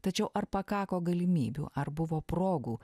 tačiau ar pakako galimybių ar buvo progų